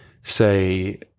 say